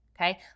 okay